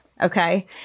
okay